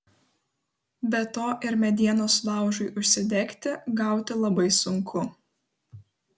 be to ir medienos laužui užsidegti gauti labai sunku